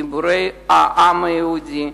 גיבורי העם היהודי.